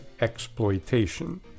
Exploitation